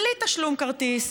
בלי תשלום על כרטיס,